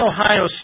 Ohio